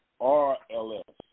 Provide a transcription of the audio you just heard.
R-L-S